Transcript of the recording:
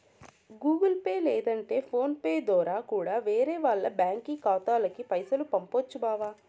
Google Pay లేదంటే PhonePe దోరా కూడా వేరే వాల్ల బ్యాంకి ఖాతాలకి పైసలు పంపొచ్చు బావా